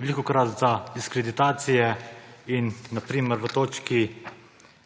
velikokrat za diskreditacije, in na primer v točki